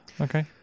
Okay